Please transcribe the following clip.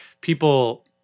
people